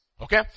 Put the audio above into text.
Okay